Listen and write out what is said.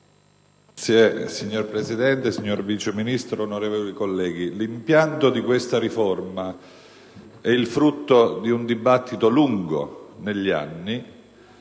*(PD)*. Signora Presidente, signor Vice Ministro, onorevoli colleghi, l'impianto di questa riforma è il frutto di un dibattito risalente negli anni,